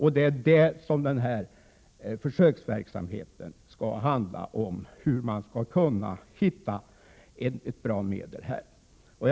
Vad den här försöksverksamheten skall handla om är just hur man skall hitta ett bra medel härför.